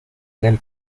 del